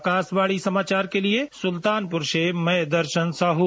आकाशवाणी समाचार के लिए सुल्तानपुर से मैं दर्शन साहू